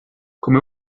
come